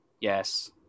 Yes